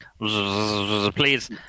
please